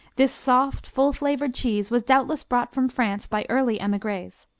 this soft, full-flavored cheese was doubtless brought from france by early emigres,